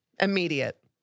Immediate